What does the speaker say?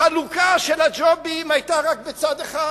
החלוקה של הג'ובים היתה רק בצד אחד,